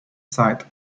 site